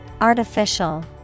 Artificial